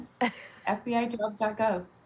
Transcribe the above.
FBIJobs.gov